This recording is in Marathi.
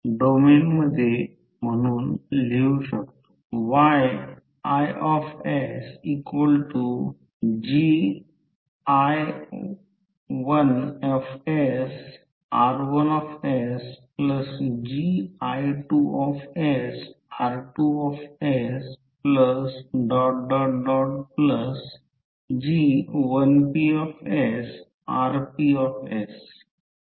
हे RMS व्होल्टेज एक साधी गोष्ट आहे फक्त या गोष्टीसाठी मी लिहिले आहे की ∅ म्हणजे फ्लक्स ∅ ∅max sin t मग व्होल्टेज कसे तयार होईल आणि आपल्याला माहित आहे की v N d ∅ dt मध्ये कॉइलमध्ये N टर्नची संख्या आहे आणि ∅ हा फ्लक्स लिंकेज आहे